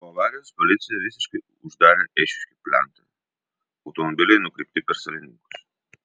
po avarijos policija visiškai uždarė eišiškių plentą automobiliai nukreipti per salininkus